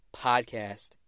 Podcast